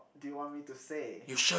do you want me to say